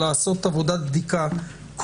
לעשות עבודת בדיקה,